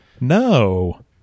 No